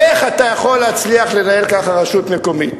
איך אתה יכול להצליח לנהל ככה רשות מקומית?